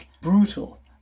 brutal